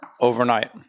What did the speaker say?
overnight